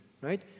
right